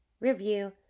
review